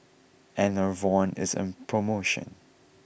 Enervon is on promotion